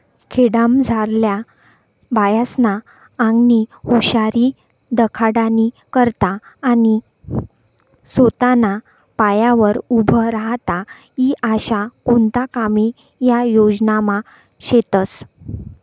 खेडामझारल्या बायास्ना आंगनी हुशारी दखाडानी करता आणि सोताना पायावर उभं राहता ई आशा कोणता कामे या योजनामा शेतस